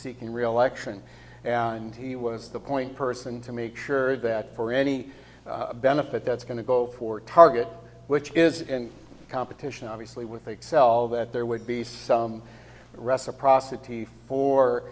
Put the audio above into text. seeking reelection and he was the point person to make sure that for any benefit that's going to go for target which is in competition obviously with excel that there would be some reciprocity for